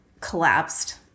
collapsed